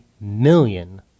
million